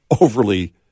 overly